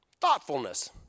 Thoughtfulness